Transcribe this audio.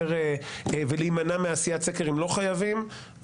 יותר, ולהימנע מעשיית סקר אם לא חייבים.